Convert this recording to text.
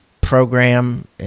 program